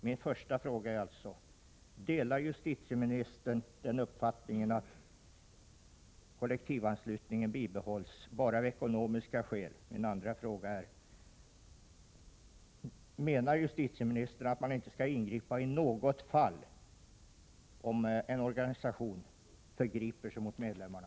Min första fråga är således: Delar justitieministern den uppfattningen att kollektivanslutningen bibehålls bara av ekonomiska skäl? Min andra fråga är: Menar justitieministern att man inte skall ingripa i något fall om en organisation förgriper sig mot medlemmarna?